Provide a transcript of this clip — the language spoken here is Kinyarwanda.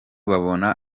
babona